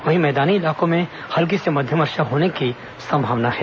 वहीं मैदानी इलाकों में हल्की से मध्यम वर्षा होने की संभावना है